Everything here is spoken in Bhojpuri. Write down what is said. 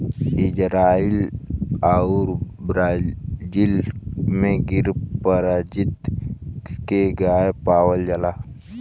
इजराइल आउर ब्राजील में गिर परजाती के गाय पावल जाला